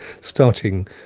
starting